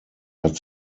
hat